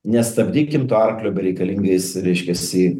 nestabdykim to arklio bereikalingais reiškiasi